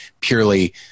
purely